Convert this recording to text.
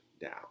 down